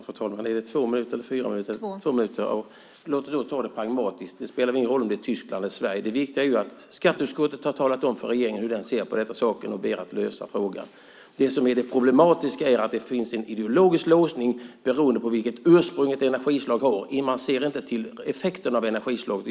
Fru talman! Låt oss ta det pragmatiskt. Det spelar väl ingen roll om det är Tyskland eller Sverige! Det viktiga är att skatteutskottet har talat om för regeringen hur man ser på denna sak och ber om en lösning på frågan. Det som är det problematiska är att det finns en ideologisk låsning beroende på vilket ursprung ett energislag har. Man ser inte till effekten av energislaget.